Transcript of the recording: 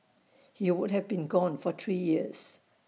he would have been gone for three years